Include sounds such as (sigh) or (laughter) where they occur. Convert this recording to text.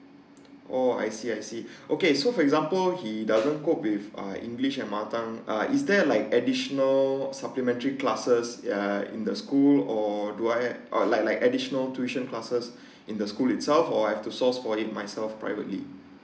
oh I see I see (breath) okay so for example he doesn't cope with uh english and mother tounge uh is there like additional supplementary classes there're in the school or do I I like like additional tuition classes (breath) in the school itself or I have to search for it myself privately